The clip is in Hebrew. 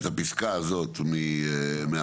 את הפסקה הזאת מהחוק.